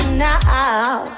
now